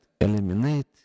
eliminate